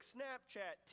Snapchat